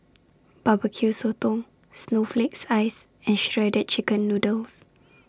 Barbecue Sotong Snowflake Ice and Shredded Chicken Noodles